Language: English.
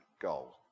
goal